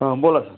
बोला सर